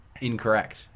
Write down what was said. incorrect